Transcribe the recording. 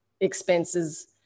expenses